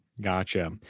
Gotcha